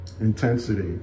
intensity